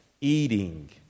eating